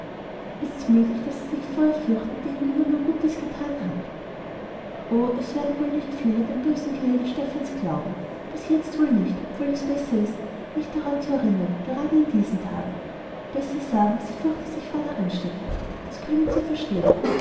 ist's möglich daß sie sich vor ihr fürchten die ihnen immer nur gutes getan o es werden wohl nicht viele dem bösen gerede stephans glauben bis jetzt wohl nicht obwohl es besser ist nicht daran zu erinnern gerade in diesen tagen besser sagen sie fürchte sich vor der ansteckung das können sie verstehen